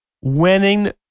winning